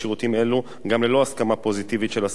אלו גם ללא הסכמה פוזיטיבית של השרים,